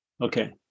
Okay